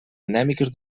endèmiques